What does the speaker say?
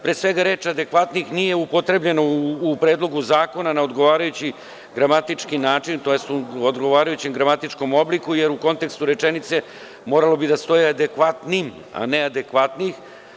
Pre svega, reč „adekvatnih“ nije upotrebljena u Predlogu zakona na odgovarajući gramatički način, tj. u odgovarajućem gramatičkom obliku, jer u kontekstu rečenice moralo bi da stoje „adekvatnim“, a ne „adekvatnih“